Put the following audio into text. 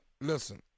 listen